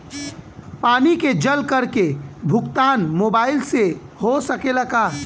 पानी के जल कर के भुगतान मोबाइल से हो सकेला का?